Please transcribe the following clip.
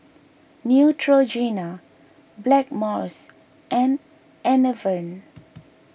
Neutrogena Blackmores and Enervon